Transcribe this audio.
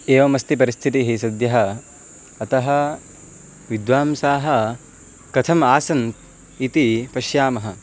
एवमस्ति परिस्थितिः सद्यः अतः विद्वांसाः कथम् आसन् इति पश्यामः